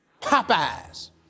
Popeyes